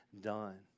done